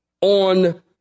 on